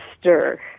stir